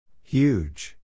Huge